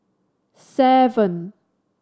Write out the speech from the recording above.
seven